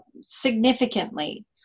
significantly